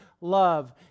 love